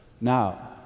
Now